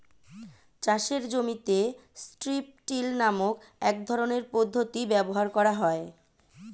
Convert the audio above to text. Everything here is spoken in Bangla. চাষের জমিতে স্ট্রিপ টিল নামক এক রকমের পদ্ধতি ব্যবহার করা হয়